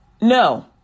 No